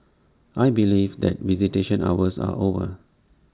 I believe that visitation hours are over